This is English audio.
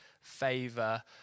favor